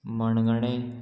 मणगणें